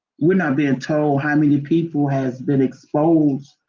we're not being told how many people have been exposed,